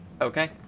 okay